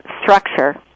structure